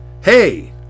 hey